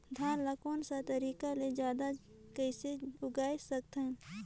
धान ला कोन सा तरीका ले जल्दी कइसे उगाय सकथन?